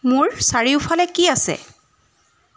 মোৰ চাৰিওফালে কি আছে